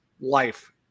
life